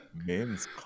Men's